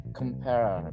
compare